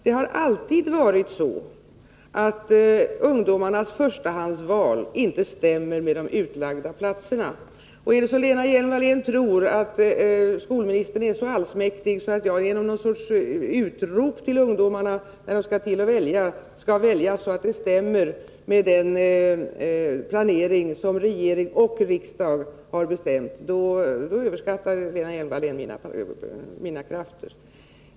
Det har alltid varit så, att ungdomarnas förstahandsval inte stämmer med de utlagda platserna. Om Lena Hjelm-Wallén tror att jag som skolminister är så allsmäktig, att jag genom någon sorts utrop till ungdomarna när de skall till att välja kan se till att de väljer så att valen stämmer med den planering som regering och riksdag har bestämt, överskattar hon mina krafter.